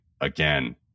again